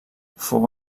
fou